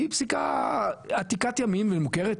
היא פסיקה עתיקת ימים ומוכרת,